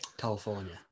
California